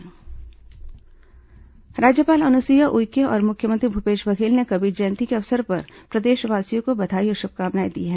कबीर जयंती राज्यपाल राज्यपाल अनुसुईया उइके और मुख्यमंत्री भूपेश बघेल ने कबीर जयंती के अवसर पर प्रदेशवासियों को बधाई और शुभकामनाएं दी हैं